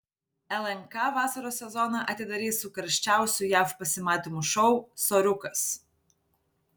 lnk vasaros sezoną atidarys su karščiausiu jav pasimatymų šou soriukas